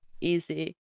easy